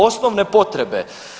Osnovne potrebe.